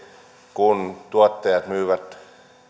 kun tuottajat myyvät